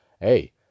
hey